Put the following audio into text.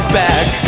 back